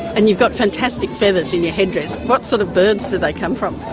and you've got fantastic feathers in your headdress. what sort of birds do they come from?